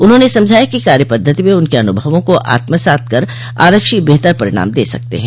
उन्होंने समझाया कि कार्य पद्धति में उनके अनुभवों को आत्मसात कर आरक्षी बेहतर परिणाम दे सकते हैं